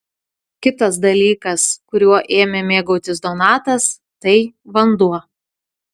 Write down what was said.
kitas dalykas kuriuo ėmė mėgautis donatas tai vanduo